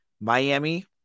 Miami